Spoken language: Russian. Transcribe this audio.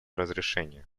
разрешения